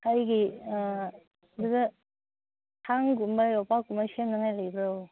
ꯑꯩꯒꯤ ꯑꯗꯨꯗ ꯊꯥꯡꯒꯨꯝꯕ ꯌꯣꯝꯄꯥꯛꯀꯨꯝꯕ ꯁꯦꯝꯅꯉꯥꯏ ꯂꯩꯕ꯭ꯔꯣ